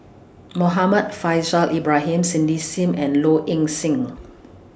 Muhammad Faishal Ibrahim Cindy SIM and Low Ing Sing